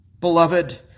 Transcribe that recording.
beloved